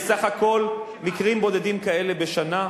יש בסך הכול מקרים בודדים כאלה בשנה.